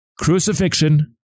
Crucifixion